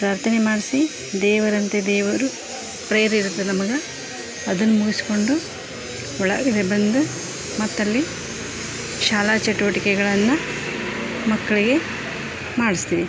ಪ್ರಾರ್ಥನೆ ಮಾಡಿಸಿ ದೇವರಂತೆ ದೇವರು ಪ್ರೇಯರ್ ಇರುತ್ತೆ ನಮಗೆ ಅದನ್ನ ಮುಗಿಸ್ಕೊಂಡು ಒಳಗಡೆ ಬಂದು ಮತ್ತು ಅಲ್ಲಿ ಶಾಲಾ ಚಟುವಟಿಕೆಗಳನ್ನು ಮಕ್ಕಳಿಗೆ ಮಾಡಿಸ್ತೀವಿ